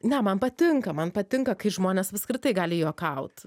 ne man patinka man patinka kai žmonės apskritai gali juokaut